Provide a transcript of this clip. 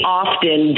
often